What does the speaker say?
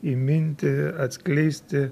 įminti atskleisti